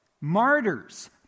Martyrs